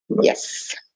Yes